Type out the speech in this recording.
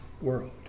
world